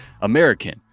American